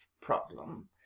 problem